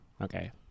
Okay